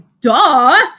duh